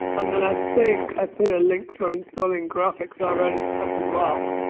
and then i think i put a link for installing graphxr right at the top as well.